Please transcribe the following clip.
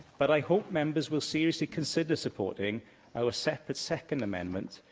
but i hope members will seriously consider supporting our separate, second amendment,